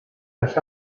las